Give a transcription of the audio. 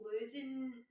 losing